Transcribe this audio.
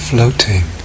floating